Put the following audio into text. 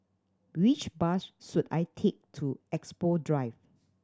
which bus should I take to Expo Drive